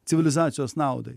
civilizacijos naudai